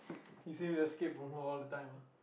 he seem to escape from her all the time ah